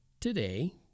today